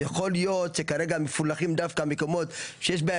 יכול להיות שכרגע מפולחים דווקא מקומות שיש בהם